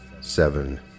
seven